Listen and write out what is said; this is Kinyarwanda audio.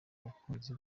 bakunzi